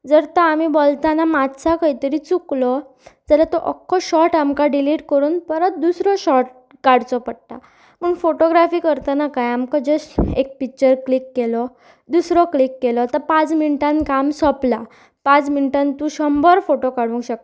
जर तो आमी बलताना मात्सा खंय तरी चुकलो जाल्यार तो आख्खो शॉट आमकां डिलीट करून परत दुसरो शॉट काडचो पडटा पूण फोटोग्राफी करतना काय आमकां जस्ट एक पिक्चर क्लीक केलो दुसरो क्लीिक केलो तो पांच मिनटान काम सोंपलां पांच मिनटान तूं शंबर फोटो काडूंक शकता